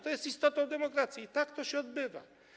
To jest istota demokracji i tak to się odbywa.